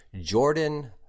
Jordan